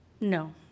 No